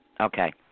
Okay